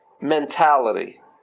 mentality